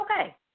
okay